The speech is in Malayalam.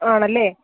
ആണല്ലേ